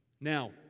Now